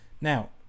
Now